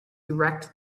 erect